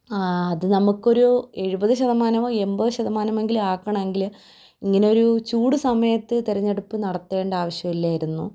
അത് നമുക്കൊരു എഴുപത് ശതമാനമോ എമ്പത് ശതമാനമെങ്കിലും ആക്കണമെങ്കിൽ ഇങ്ങനെയൊരു ചൂട് സമയത്ത് തിരഞ്ഞെടുപ്പ് നടത്തേണ്ട ആവിശ്യമില്ലായിരുന്നു